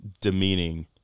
demeaning